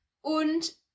Und